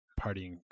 partying